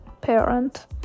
parent